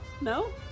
No